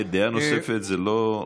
דעה נוספת זה לא,